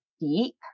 deep